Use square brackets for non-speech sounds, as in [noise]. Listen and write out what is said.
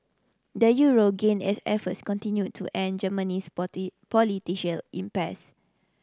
the euro gained as efforts continued to end Germany's [unintelligible] impasse